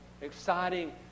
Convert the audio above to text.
exciting